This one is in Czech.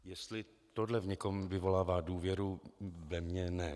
Jestli tohle v někom vyvolává důvěru, ve mně ne.